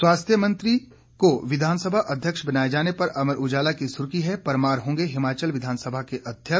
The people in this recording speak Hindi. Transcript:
स्वास्थ्य मंत्री को विस अध्यक्ष बनाए जाने पर अमर उजाला की सुर्खी है परमार होंगे हिमाचल विधानसभा के अध्यक्ष